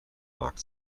markt